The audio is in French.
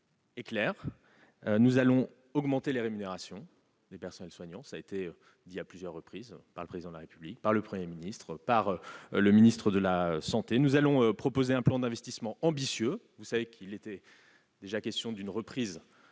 est claire : nous allons augmenter les rémunérations des personnels soignants ; cela a été dit à plusieurs reprises par le Président de la République, par le Premier ministre, par le ministre de la santé. Nous allons proposer un plan d'investissement ambitieux. Vous savez qu'il était déjà question d'une reprise